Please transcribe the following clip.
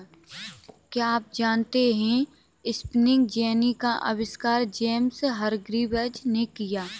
क्या आप जानते है स्पिनिंग जेनी का आविष्कार जेम्स हरग्रीव्ज ने किया?